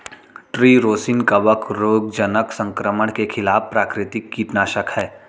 tree rosin कवक रोगजनक संक्रमण के खिलाफ प्राकृतिक कीटनाशक है